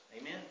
Amen